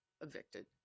evicted